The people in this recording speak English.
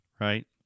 right